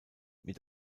mit